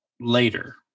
later